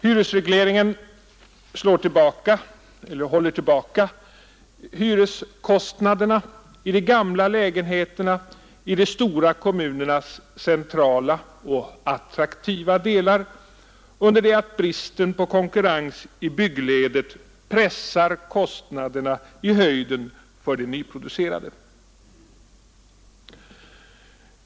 Hyresregleringen håller tillbaka hyreskostnaderna för de gamla lägenheterna i de stora kommunernas centrala och attraktiva delar, under det att bristen på konkurrens i byggledet pressar kostnaderna i höjden för de nyproducerade.